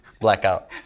Blackout